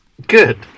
good